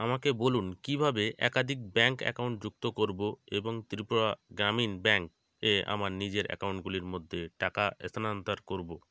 আমাকে বলুন কীভাবে একাধিক ব্যাংক অ্যাকাউন্ট যুক্ত করবো এবং ত্রিপুরা গ্রামীণ ব্যাংক এ আমার নিজের অ্যাকাউন্টগুলির মধ্যে টাকা স্থানান্তর করবো